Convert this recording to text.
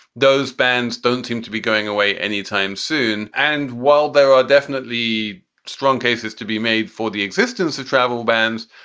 those bans don't seem to be going away anytime soon. and while there are definitely strong cases to be made for the existence of travel bans,